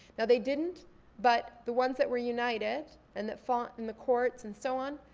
now they didn't but the ones that were united, and that fought in the courts and so on,